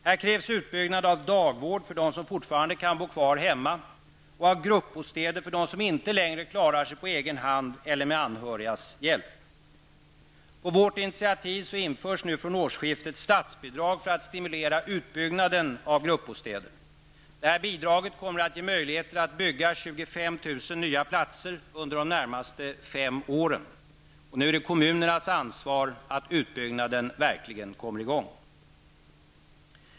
Här krävs utbyggnad av dagvård för dem som fortfarande kan bo kvar hemma och av gruppbostäder för dem som inte längre klarar sig på egen hand eller med anhörigas hjälp. På vårt initiativ införs från årsskiftet statsbidrag för att stimulera utbyggnad av gruppbostäder. Bidraget ger möjligheter att bygga ungefär 25 000 nya platser under de närmaste fem åren. Nu är det kommunernas ansvar att utbyggnaden verkligen kommer i gång.